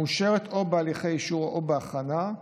מאושרת או בהליכי אישור או בהכנה,